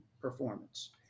performance